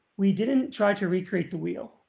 we didn't try to recreate the wheel.